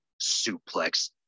Suplex